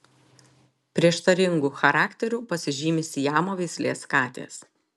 prieštaringu charakteriu pasižymi siamo veislės katės